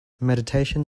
meditation